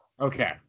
Okay